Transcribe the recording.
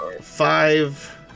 five